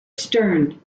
stern